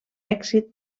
èxit